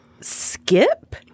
skip